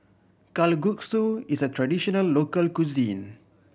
kalguksu is a traditional local cuisine